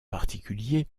particuliers